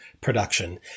production